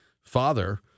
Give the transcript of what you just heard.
father